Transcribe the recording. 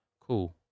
cool